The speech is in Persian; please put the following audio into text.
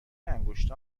انگشت